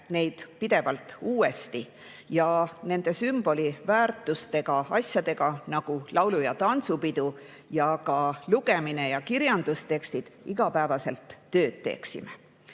neid pidevalt uuesti ning nende sümboli väärtusega asjadega, nagu laulu- ja tantsupidu, samuti lugemine ja kirjandustekstid, igapäevaselt tööd teeksime.